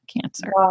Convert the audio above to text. cancer